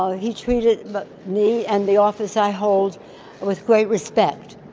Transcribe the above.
ah he treated but me and the office i hold with great respect.